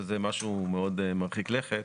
שזה משהו מאוד מרחיק לכת.